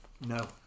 no